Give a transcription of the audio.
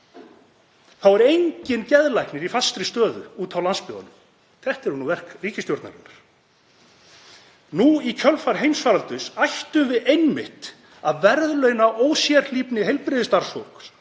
Þá er enginn geðlæknir í fastri stöðu úti á landsbyggðinni. Þetta eru verk ríkisstjórnarinnar. Nú í kjölfar heimsfaraldurs ættum við einmitt að verðlauna ósérhlífni heilbrigðisstarfsfólks